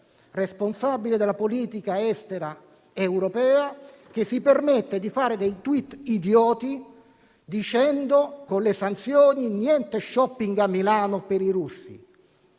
responsabile della politica estera europea, che si permette di fare dei *tweet* idioti dicendo che, con le sanzioni, niente shopping a Milano per i russi.